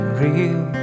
real